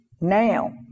now